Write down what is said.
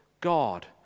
God